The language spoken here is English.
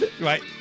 right